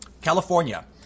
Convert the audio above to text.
California